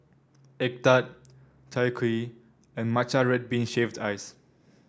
egg tart Chai Kuih and Matcha Red Bean Shaved Ice